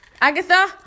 Agatha